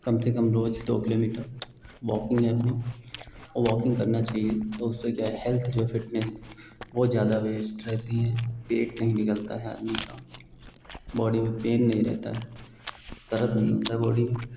कम से कम रोज़ दो किलोमीटर वॉकिंग है अपनी और वॉकिंग करना चाहिए तो उससे क्या है हेल्थ जो है फ़िटनेस वह ज़्यादा वेस्ट रहती हैं पेट नहीं निकलता है आदमी का बॉडी में पेन नहीं रहता है दर्द नहीं होता है बॉडी में